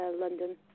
London